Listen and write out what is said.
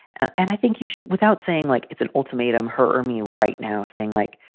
and and i think you should without saying like it's an ultimatum, her or me right now, saying, like,